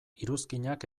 iruzkinak